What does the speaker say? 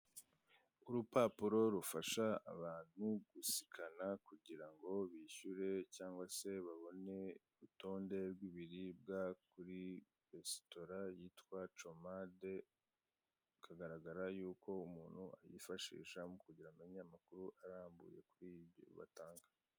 Urupapuro rufasha abantu gusikana kugira ngo bishyure cyangwa se babone urutonde rw'ibiribwa kuri resitora yitwa comaride, bikagaragara yuko umuntu yifashisha mu kugira ngo amenye amakuru arambuye kuri ibintu batanga.